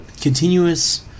continuous